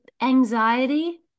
anxiety